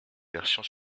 version